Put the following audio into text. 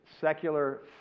secular